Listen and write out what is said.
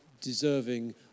deserving